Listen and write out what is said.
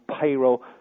payroll